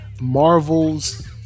Marvel's